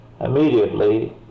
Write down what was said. immediately